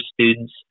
students